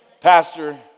pastor